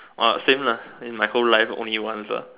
!wah! same lah then my whole life only once lah